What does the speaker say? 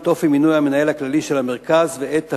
את אופן מינוי המנהל הכללי של המרכז ואת תפקידיו,